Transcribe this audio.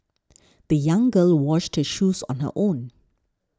the young girl washed her shoes on her own